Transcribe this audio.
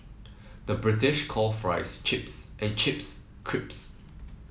the British calls fries chips and chips crisps